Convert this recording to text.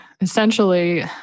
essentially